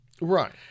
Right